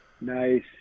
nice